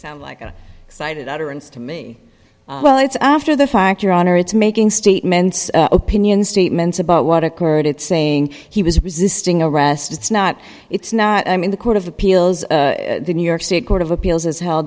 sounds like an excited utterance to me well it's after the fact your honor it's making statements opinions statements about what occurred it's saying he was resisting arrest it's not it's not i mean the court of appeals the new york state court of appeals has hel